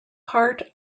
part